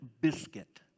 Biscuit